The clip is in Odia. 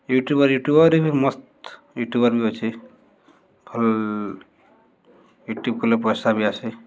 ୟୁଟ୍ୟୁବର୍ ୟୁଟ୍ୟୁବର୍ ବି ମସ୍ତ୍ ୟୁଟ୍ୟୁବର୍ ବି ଅଛେ ଭଲ୍ ୟୁଟ୍ୟୁବ୍ କଲେ ପଏସା ବି ଆସେ